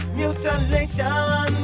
mutilation